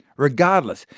regardless,